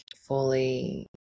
fully